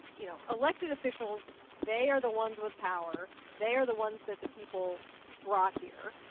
you know, elected officials, they are the ones with power. they are the ones that the people brought here.